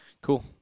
Cool